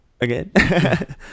Again